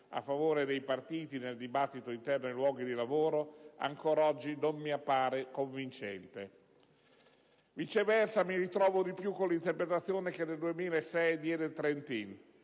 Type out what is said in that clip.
a favore dei partiti nel dibattito interno ai luoghi di lavoro», ancora oggi non mi appare convincente. Viceversa, mi ritrovo di più con l'interpretazione che nel 2006 diede Bruno